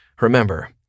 Remember